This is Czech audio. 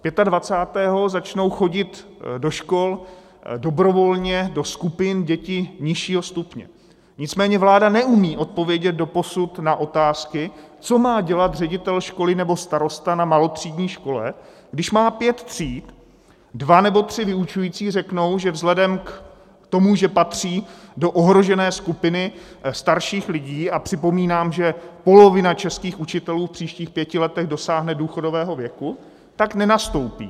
Pětadvacátého začnou chodit do škol dobrovolně do skupin děti nižšího stupně, nicméně vláda neumí odpovědět doposud na otázky, co má dělat ředitel školy nebo starosta na malotřídní škole, když má pět tříd, dva nebo tři vyučující řeknou, že vzhledem k tomu, že patří do ohrožené skupiny starších lidí a připomínám, že polovina českých učitelů v příštích pěti letech dosáhne důchodového věku tak nenastoupí.